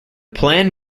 plan